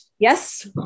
Yes